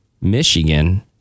Michigan